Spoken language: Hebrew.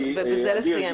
טמפרטורה וויברציה,